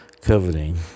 coveting